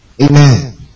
Amen